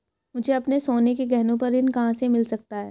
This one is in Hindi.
मुझे अपने सोने के गहनों पर ऋण कहां से मिल सकता है?